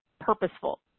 purposeful